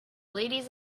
ladies